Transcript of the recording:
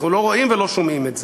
אנחנו לא רואים ולא שומעים את זה.